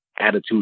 attitude